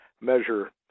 measure